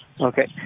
Okay